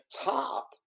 top